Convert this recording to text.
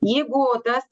jeigu tas